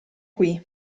qui